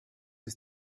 ist